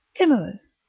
timorous,